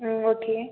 ம் ஓகே